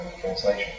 translation